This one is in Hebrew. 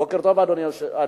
בוקר טוב, אדוני